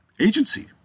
agency